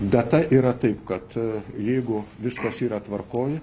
data yra taip kad jeigu viskas yra tvarkoj